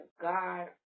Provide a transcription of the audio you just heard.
God